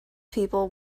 people